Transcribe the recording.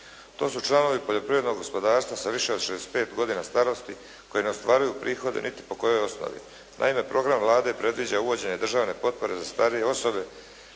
To su članovi poljoprivrednog gospodarstva sa više od 65 godina starosti koji ne ostvaruju prihode niti po kojoj osnovi. Naime, program Vlade predviđa uvođenje državne potpore za starije osobe